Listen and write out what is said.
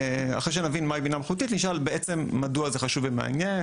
אחרי שנבין מהי בינה מלאכותית נשאל בעצם מדוע זה חשוב ומעניין